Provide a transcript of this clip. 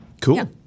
Cool